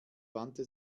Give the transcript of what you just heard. wandte